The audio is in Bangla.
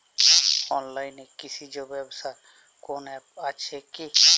অনলাইনে কৃষিজ ব্যবসার কোন আ্যপ আছে কি?